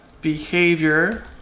behavior